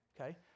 okay